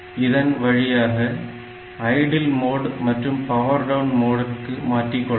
இதன் வழியாக idle mode மற்றும் பவர் டவுன் மோடிற்கு மாற்றிக்கொள்ளலாம்